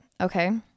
Okay